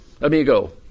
amigo